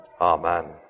amen